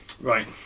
Right